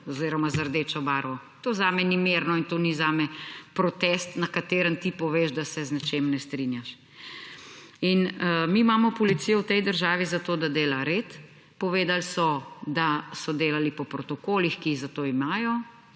oziroma z rdečo barvo, to zame ni mirno in to ni zame protest, na katerem ti poveš, da se z nečem ne strinjaš. In mi imamo policijo v tej državi, zato da dela red. Povedali so, da so delali po protokolih, ki jih za to imajo.